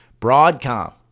Broadcom